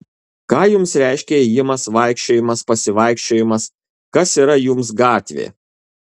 ką jums reiškia ėjimas vaikščiojimas pasivaikščiojimas kas yra jums gatvė